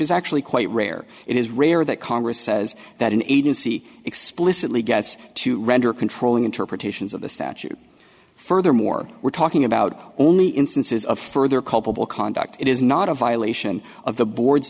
is actually quite rare it is rare that congress says that an agency explicitly gets to render controlling interpretations of the statute furthermore we're talking about only instances of further culpable conduct it is not a violation of the board